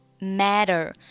Matter